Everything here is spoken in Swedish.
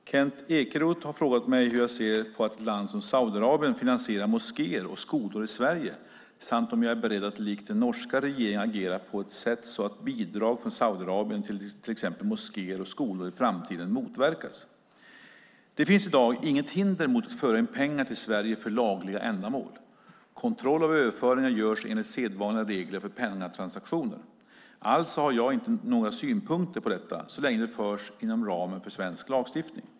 Fru talman! Kent Ekeroth har frågat mig hur jag ser på att ett land som Saudiarabien finansierar moskéer och skolor i Sverige samt om jag är beredd att likt den norska regeringen agera på ett sätt så att bidrag från Saudiarabien till exempelvis moskéer och skolor i framtiden motverkas. Det finns i dag inget hinder mot att föra in pengar till Sverige för lagliga ändamål. Kontroll av överföringar görs enligt sedvanliga regler för pengatransaktioner. Alltså har jag inte några synpunkter på detta så länge det förs inom ramen för svensk lagstiftning.